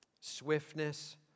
swiftness